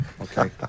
Okay